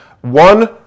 one